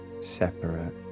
separate